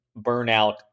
burnout